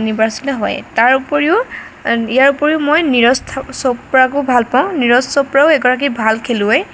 নিৰ্বাচিত হয় তাৰোপৰিও ইয়াৰ ওপৰিও মই নীৰজ চোপ্ৰাকো ভাল পাওঁ নীৰজ চোপ্ৰাও এগৰাকী ভাল খেলুৱৈ